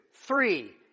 three